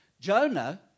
Jonah